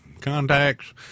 contacts